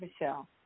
Michelle